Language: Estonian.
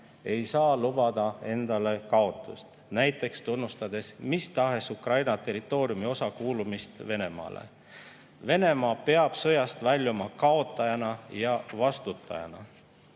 ei saa lubada endale kaotust, näiteks tunnustades mis tahes Ukraina territooriumi osa kuulumist Venemaale. Venemaa peab sõjast väljuma kaotajana ja vastutajana.